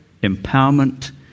empowerment